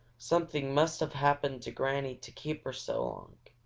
something must have happened to granny to keep her so long.